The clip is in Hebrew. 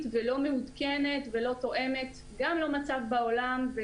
ולא מעודכנת ולא תואמת את המצב בעולם.